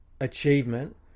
achievement